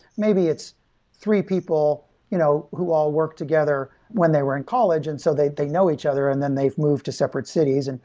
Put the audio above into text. maybe it's three people you know who all work together when they were in college, and so they they know each other, and then they've moved to separate cities. and